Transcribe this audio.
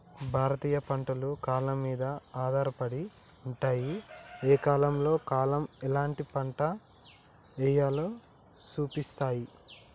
భారతీయ పంటలు కాలం మీద ఆధారపడి ఉంటాయి, ఏ కాలంలో కాలం ఎలాంటి పంట ఎయ్యాలో సూపిస్తాయి